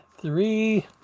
three